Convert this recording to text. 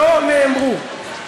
לא נאמרו.